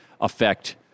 affect